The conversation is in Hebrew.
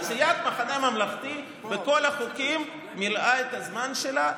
סיעת המחנה הממלכתי בכל החוקים מילאה את הזמן שלה.